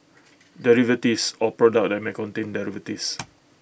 derivatives or products that may contain derivatives